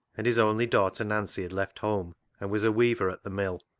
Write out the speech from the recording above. and his only daughter nancy had left home and was a weaver at the mill.